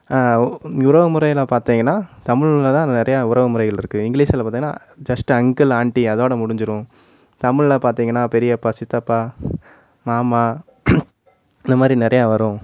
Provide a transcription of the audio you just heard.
உறவு முறையில் பார்த்தீங்கன்னா தமிழில் தான் நிறையா உறவு முறைகள் இருக்குது இங்கிலீஷில் பார்த்தீங்கன்னா ஜஸ்ட்டு அங்கிள் ஆன்ட்டி அதோடு முடிஞ்சிடும் தமிழில் பார்த்தீங்கன்னா பெரியப்பா சித்தப்பா மாமா இந்தமாதிரி நிறையா வரும்